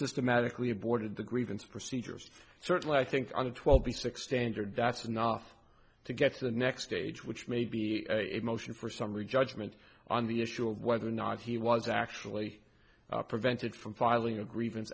systematically avoided the grievance procedures certainly i think on a twelve b six standard that's enough to get to the next stage which may be a motion for summary judgment on the issue of whether or not he was actually prevented from filing a grievance